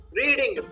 reading